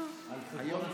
על חשבון?